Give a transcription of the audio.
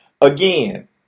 again